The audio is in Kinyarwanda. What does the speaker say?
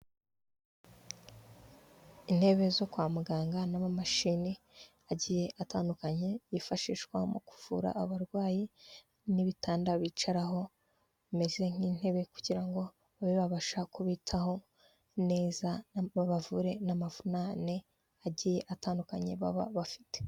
Intebe zo kwa muganga n'amamashini agiye atandukanye yifashishwa mu kuvura abarwayi n'ibitanda bicaraho bimeze nk'intebe kugira ngo babe babasha kubitaho neza babavure n'amafunane agiye atandukanye baba bafite.